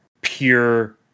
pure